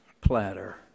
platter